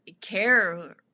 care